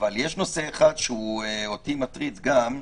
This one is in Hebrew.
אבל יש נושא אחד שאותי הוא מטריד גם,